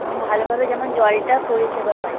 এবং ভালোভাবে যেমন জলটা পরিষেবা পায়